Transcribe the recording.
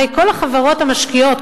הרי כל החברות המשקיעות,